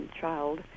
child